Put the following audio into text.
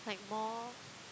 like more